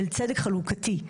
של צדק חלוקתי.